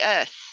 earth